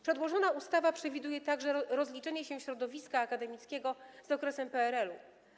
Przedłożona ustawa przewiduje także rozliczenie się środowiska akademickiego z okresem PRL.